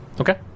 Okay